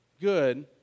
good